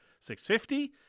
650